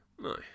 No